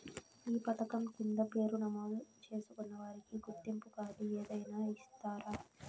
ఈ పథకం కింద పేరు నమోదు చేసుకున్న వారికి గుర్తింపు కార్డు ఏదైనా ఇస్తారా?